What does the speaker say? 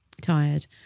tired